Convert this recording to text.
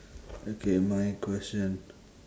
okay my question